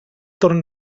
torn